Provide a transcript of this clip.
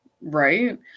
Right